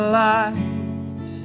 light